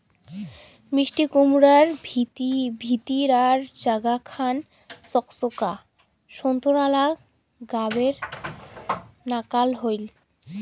মিষ্টিকুমড়ার ভিতিরার জাগা খান চকচকা সোন্তোরা গাবের নাকান হই